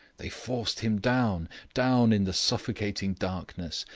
they forced him down, down in the suffocating darkness,